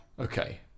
Okay